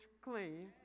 clean